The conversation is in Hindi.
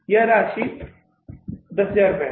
यह राशि 10000 है